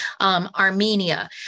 Armenia